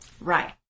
Right